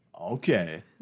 Okay